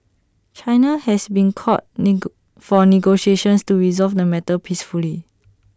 China has been called for negotiations to resolve the matter peacefully